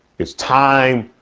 it's time.